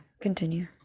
continue